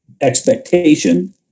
expectation